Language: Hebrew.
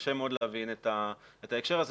קשה מאוד להבין את ההקשר הזה.